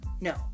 no